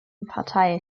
partei